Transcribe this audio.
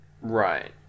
Right